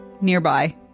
nearby